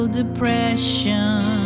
depression